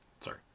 Sorry